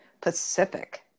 Pacific